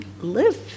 live